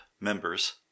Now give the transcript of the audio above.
members